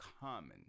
common